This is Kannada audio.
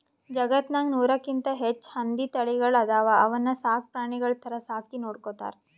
ಜಗತ್ತ್ನಾಗ್ ನೂರಕ್ಕಿಂತ್ ಹೆಚ್ಚ್ ಹಂದಿ ತಳಿಗಳ್ ಅದಾವ ಅವನ್ನ ಸಾಕ್ ಪ್ರಾಣಿಗಳ್ ಥರಾ ಸಾಕಿ ನೋಡ್ಕೊತಾರ್